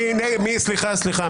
סליחה, סליחה.